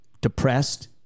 depressed